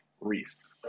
Reese